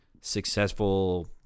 successful